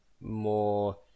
more